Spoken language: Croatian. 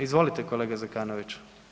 Izvolite, kolega Zekanović.